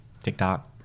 TikTok